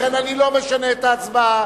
לכן, אני לא משנה את ההצבעה.